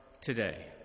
today